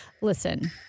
Listen